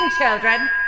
children